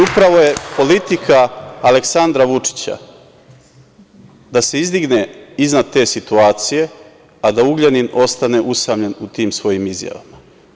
Upravo je politika Aleksandra Vučića da se izdigne iznad te situacije, a da Ugljanin ostane usamljen u tim svojim izjavama.